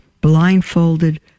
blindfolded